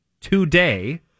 today